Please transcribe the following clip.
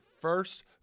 first